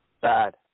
Bad